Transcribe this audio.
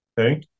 okay